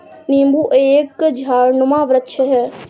नींबू एक झाड़नुमा वृक्ष है